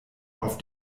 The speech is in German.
auf